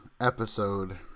episode